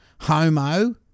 Homo